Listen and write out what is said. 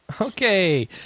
Okay